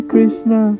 Krishna